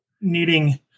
needing